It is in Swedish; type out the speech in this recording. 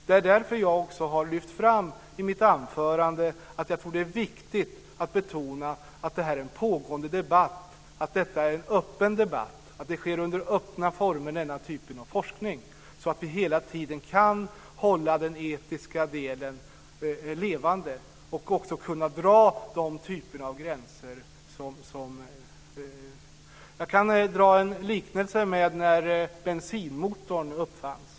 Det är därför jag i mitt anförande lyfte fram att det är viktigt att betona att detta är en pågående och öppen debatt och att denna typ av forskning sker under öppna former. Då kan vi hela tiden hålla den etiska delen levande och sätta gränser. Jag kan göra en liknelse med när bensinmotorn uppfanns.